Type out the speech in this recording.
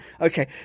Okay